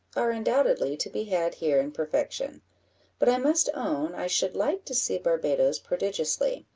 are undoubtedly to be had here in perfection but i must own i should like to see barbadoes prodigiously,